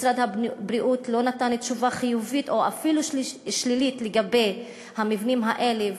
משרד הבריאות לא נתן תשובה חיובית או אפילו שלילית לגבי המבנים האלה.